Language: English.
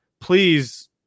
please